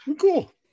Cool